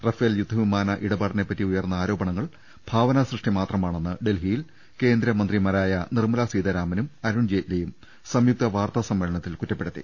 Rafale യുദ്ധ വിമാന ഇടപാടിനെ പറ്റി ഉയർന്ന ആരോപണ ങ്ങൾ ഭാവനാ സൃഷ്ടി മാത്രമാണെന്ന് ഡൽഹിയിൽ കേന്ദ്രമന്ത്രിമാ രായ നിർമ്മല സീതാരാമനും അരുൺ ജെയ്റ്റലിയും സംയുക്ത വാർത്താ സമ്മേളനത്തിൽ കുറ്റപ്പെടുത്തി